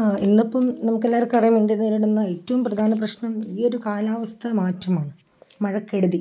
ആ ഇന്നിപ്പം നമുക്കെല്ലാവർക്കും അറിയാം ഇന്ത്യ നേരിടുന്ന ഏറ്റവും പ്രധാന പ്രശ്നം ഈയൊരു കാലാവസ്ഥ മാറ്റമാണ് മഴക്കെടുതി